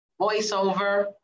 voiceover